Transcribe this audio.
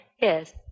Yes